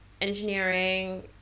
engineering